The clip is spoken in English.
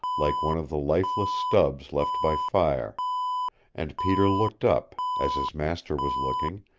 like one of the lifeless stubs left by fire and peter looked up, as his master was looking,